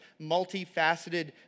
multifaceted